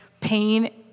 pain